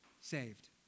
saved